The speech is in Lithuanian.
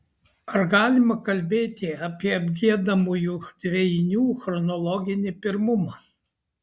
ar galima kalbėti apie apgiedamųjų dvejinių chronologinį pirmumą